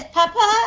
papa